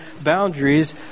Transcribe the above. boundaries